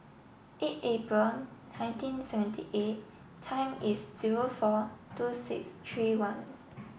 eight April nineteen seventy eight time is zero four two six three one